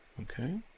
Okay